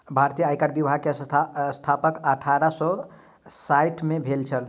भारतीय आयकर विभाग के स्थापना अठारह सौ साइठ में भेल छल